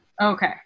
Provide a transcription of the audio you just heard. Okay